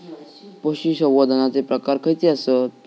पशुसंवर्धनाचे प्रकार खयचे आसत?